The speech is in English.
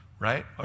Right